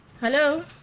Hello